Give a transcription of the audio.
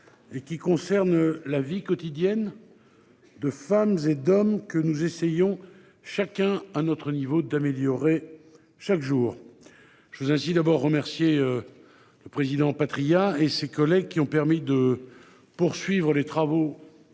Et qui concernent la vie quotidienne. De femmes et d'hommes que nous essayons chacun à notre niveau d'améliorer chaque jour. Je vous ainsi d'abord remercier. Le président Patriat et ses collègues qui ont permis de poursuivre les travaux.